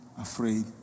afraid